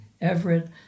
Everett